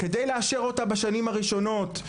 כדי לאשרה בשנים הראשונות,